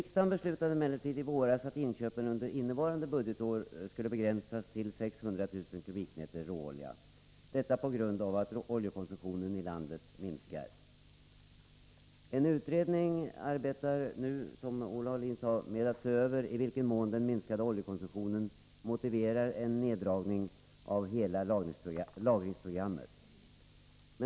Riksdagen beslutade emellertid i våras att inköpen av råolja under innevarande budgetår skulle begränsas till 600 000 m?, detta på grund av att oljekonsumtionen i landet minskar. En utredning arbetar nu, som Olle Aulin sade, med att se över i vilken mån den minskade oljekonsumtionen motiverar en begränsning av hela lagringsprogrammet.